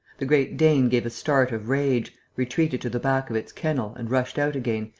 the great dane gave a start of rage, retreated to the back of its kennel and rushed out again,